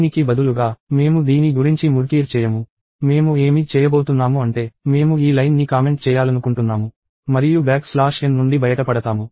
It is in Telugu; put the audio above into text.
దీనికి బదులుగా మేము దీని గురించి ముర్కీర్ చేయము మేము ఏమి చేయబోతున్నాము అంటే మేము ఈ లైన్ని కామెంట్ చేయాలనుకుంటున్నాము మరియు బ్యాక్ స్లాష్ n నుండి బయటపడతాము